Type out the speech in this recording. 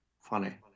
funny